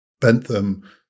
Bentham